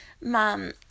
Mom